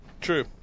True